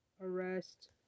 arrest